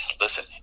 Listen